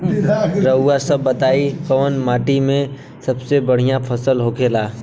रउआ सभ बताई कवने माटी में फसले सबसे बढ़ियां होखेला?